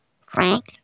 Frank